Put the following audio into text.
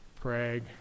Craig